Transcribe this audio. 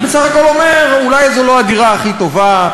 הוא בסך הכול אומר: אולי זו לא הדירה הכי טובה,